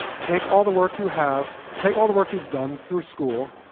take all the work you have, take all the work you've done through school,